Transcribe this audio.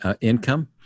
income